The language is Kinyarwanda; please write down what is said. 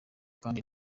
kandi